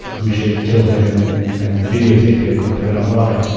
we should kill him and and videotape it and put it online.